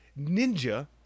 ninja